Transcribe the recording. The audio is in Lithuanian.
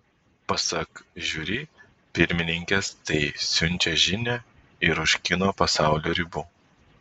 pasak žiuri pirmininkės tai siunčia žinią ir už kino pasaulio ribų